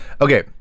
Okay